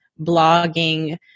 blogging